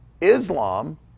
islam